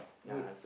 good